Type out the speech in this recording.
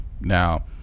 Now